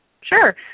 Sure